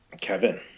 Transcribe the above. Kevin